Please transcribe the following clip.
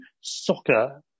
soccer